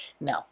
No